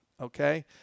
okay